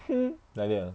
hmm like that ah